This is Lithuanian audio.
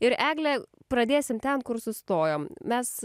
ir egle pradėsim ten kur sustojom mes